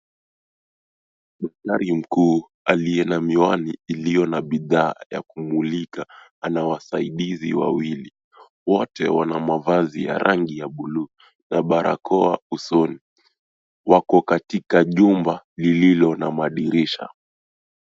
Daktari mkuu aliye na miwani iliyo na bidhaa yakumulika ana wasaidizi wawili wote wana mavazi ya rangi ya buluu na barakoa usoni wako katika jumba lililo na madirisha.